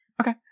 Okay